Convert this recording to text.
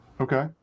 Okay